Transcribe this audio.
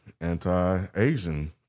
anti-Asian